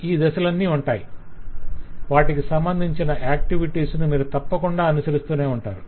ఈ దశలు ఉంటాయి వాటికి సంబధించిన ఆక్టివిటీస్ ను మీరు తప్పకుండా అనుసరిస్తూనే ఉంటారు